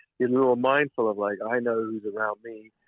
you're more mindful of like, i know who's around me,